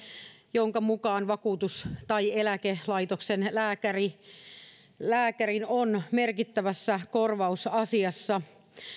jonka mukaan vakuutus tai eläkelaitoksen lääkärin on merkittävä korvausasiassa